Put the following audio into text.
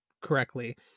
correctly